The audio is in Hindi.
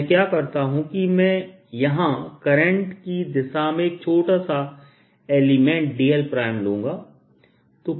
मैं क्या करता हूं कि मैं यहाँ करंट की दिशा में एक छोटा सा एलिमेंट dl लूंगा